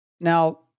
Now